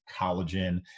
collagen